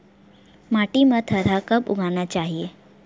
माटी मा थरहा कब उगाना चाहिए?